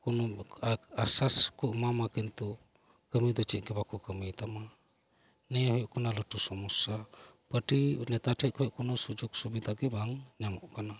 ᱠᱳᱱᱳ ᱟᱥᱥᱟᱥ ᱠᱚ ᱮᱢᱟᱢᱟ ᱠᱤᱱᱛᱩ ᱠᱟᱹᱢᱤ ᱫᱚ ᱪᱮᱫ ᱜᱮ ᱵᱟᱠᱚ ᱠᱟᱢᱤᱭᱟᱛᱟᱢᱟ ᱱᱤᱭᱟᱹ ᱦᱩᱭᱩᱜ ᱠᱟᱱᱟ ᱞᱟᱹᱴᱩ ᱥᱚᱢᱚᱥᱥᱟ ᱯᱟᱴᱤ ᱱᱮᱛᱟ ᱴᱷᱮᱱ ᱠᱷᱚᱱ ᱠᱚᱱᱚ ᱥᱩᱡᱳᱜᱽ ᱥᱩᱵᱤᱫᱷᱟᱜᱮ ᱵᱟᱝ ᱧᱟᱢᱚᱜ ᱠᱟᱱᱟ